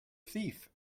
thief